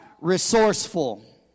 resourceful